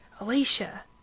Alicia